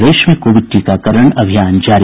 प्रदेश में कोविड टीकाकरण अभियान जारी